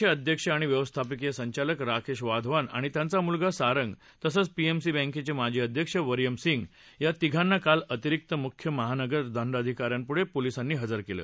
चे अध्यक्ष आणि व्यवस्थापकीय संचालक राकेश वाधवान आणि त्याचा मुलगा सारंग तसंच पीएमसी बँकेचे माजी अध्यक्ष वर्यम सिंग या तिघांना काल अतिरिक्त मुख्य महानगर दंडाधिका यांपुढं पोलिसांनी हजर केलं